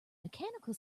mechanical